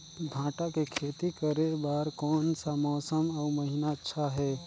भांटा के खेती करे बार कोन सा मौसम अउ महीना अच्छा हे?